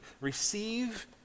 Receive